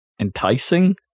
enticing